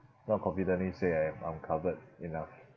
not confidently say I am I'm covered enough